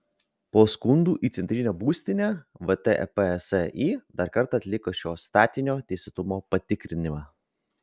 po skundų į centrinę būstinę vtpsi dar kartą atliko šio statinio teisėtumo patikrinimą